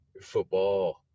football –